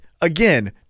again